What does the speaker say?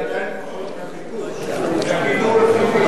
זה עדיין רחוק מהגידול הטבעי.